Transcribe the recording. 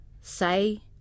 say